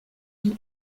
ont